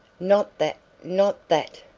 not that, not that!